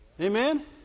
Amen